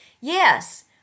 yes